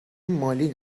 مالی